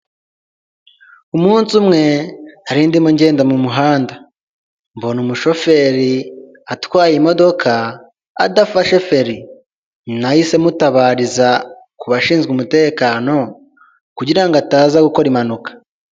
Umunsi umwe nari ndimo ngenda mu muhanda, mbona umushoferi atwaye imodoka adafashe feri, nahise mutabariza ku bashinzwe umutekano kugira ngo ataza gukora impanuka.